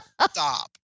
Stop